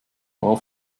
war